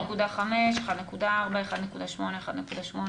1.5, 1.4, 1.8, 1.8